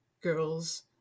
girls